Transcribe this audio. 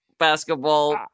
basketball